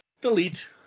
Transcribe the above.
delete